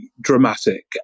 dramatic